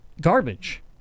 garbage